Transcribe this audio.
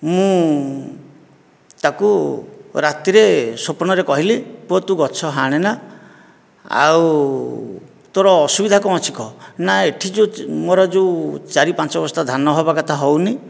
ମୁଁ ତାକୁ ରାତିରେ ସ୍ୱପ୍ନରେ କହିଲି ପୁଅ ତୁ ଗଛ ହାଣେନା ଆଉ ତୋର ଅସୁବିଧା କ'ଣ ଅଛି କାହା ନା ଏଠି ଯେଉଁ ମୋର ଯେଉଁ ଚାରି ପାଞ୍ଚ ବସ୍ତା ଧାନ ହେବା କଥା ହେଉନି